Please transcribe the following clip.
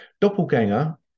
Doppelganger